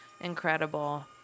incredible